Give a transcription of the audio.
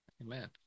Amen